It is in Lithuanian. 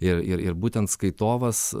ir ir ir būtent skaitovas